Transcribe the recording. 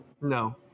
No